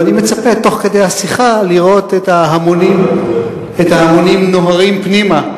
ואני מצפה תוך כדי השיחה לראות את ההמונים נוהרים פנימה,